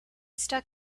stuck